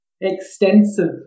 extensive